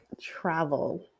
travel